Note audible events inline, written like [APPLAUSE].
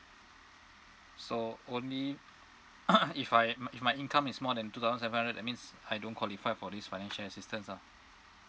so only [COUGHS] if I my my income is more than two thousand seven hundred that means I don't qualify for this financial assistance lah